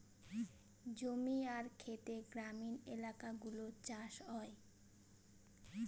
জমি আর খেতে গ্রামীণ এলাকাগুলো চাষ হয়